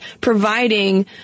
providing